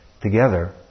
together